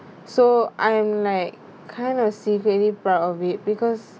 so I'm like kind of see very proud of it because